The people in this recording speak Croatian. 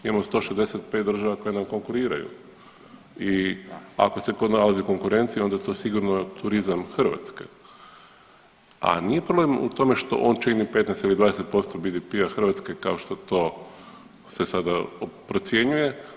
Imamo 165 država koje nam konkuriraju i ako se tko nalazi u konkurenciji onda je to sigurno turizam Hrvatske, a nije problem u tome što on čini 15 ili 20% BDP-a Hrvatske kao što to se sada procjenjuje.